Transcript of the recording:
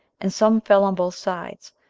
and some fell on both sides,